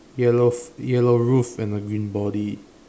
yellow yellow roof and a green body